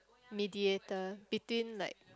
mediator between like